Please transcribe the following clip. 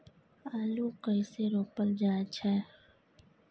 आलू कइसे रोपल जाय छै?